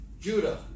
Judah